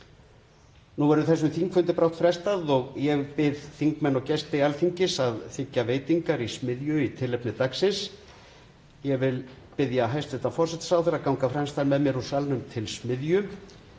Nú verður þessum þingfundi brátt frestað og ég bið þingmenn og gesti Alþingis að þiggja veitingar í Smiðju í tilefni dagsins. Ég vil biðja hæstv. forsætisráðherra að ganga fremstan með mér úr salnum til Smiðju.